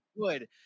good